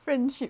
friendship